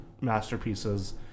masterpieces